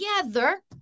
together